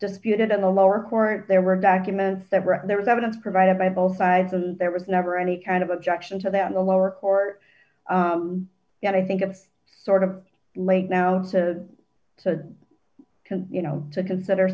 disputed in the lower court there were documents that were there was evidence provided by both sides as there was never any kind of objection to that in the lower court yet i think it's sort of late now because you know to consider